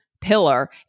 pillar